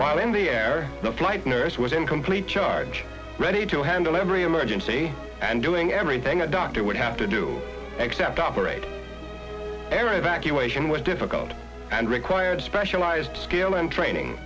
while in the air the flight nurse was in complete charge ready to handle every emergency and doing everything a doctor would have to do except operate air evacuation was difficult and required specialized skill and training